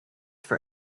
for